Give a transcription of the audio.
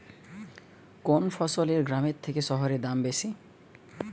কোন ফসলের গ্রামের থেকে শহরে দাম বেশি?